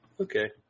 Okay